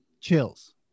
chills